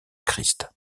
christ